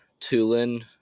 Tulin